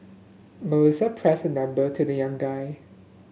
Melissa press her number to the young guy